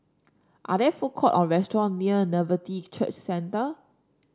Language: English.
are there food court or restaurant near Nativity Church Center